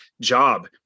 job